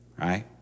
right